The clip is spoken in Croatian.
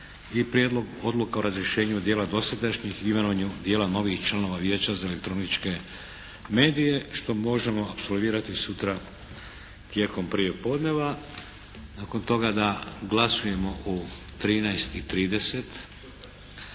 i Prijedlog odluka o razrješenju dijela dosadašnjih i imenovanju dijela novih članova Vijeća za elektroničke medije što možemo apsolvirati sutra tijekom prijepodneva, nakon toga da glasujemo u 13